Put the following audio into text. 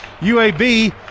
UAB